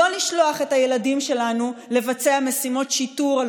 לא לשלוח את הילדים שלנו לבצע משימות שיטור על